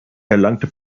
erlangte